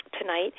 tonight